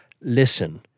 listen